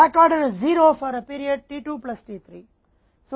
back order 0 की अवधि के लिए t 2 प्लस t 3 है